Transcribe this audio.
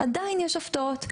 עדיין יש הפתעות.